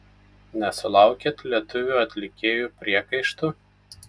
nesulaukėt lietuvių atlikėjų priekaištų